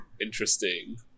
interesting